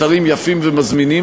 אתרים יפים ומזמינים,